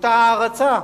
באותה הערצה.